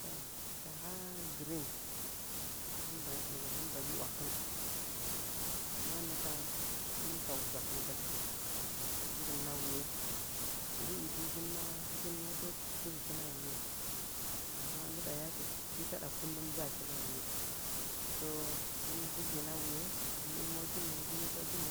To kaha gɨrin hɨn ba daga hɨn ba nyiwakɨn mannə kam hɨmɨn ka wuzakɨn gatə dzɨgɨmɨn a wuye ndi ujiujin mahɨkɨn nyetət dzɨgɨkin a wuye amma ndɨɗa yakechi taɗa kullum dzakɨn a wuye so hine dzɨgeinɗ a wuye ndi moginə ndi baginə